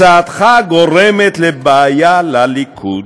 הצעתך גורמת בעיה לליכוד.